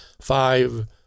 Five